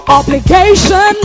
obligation